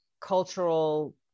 cultural